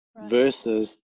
versus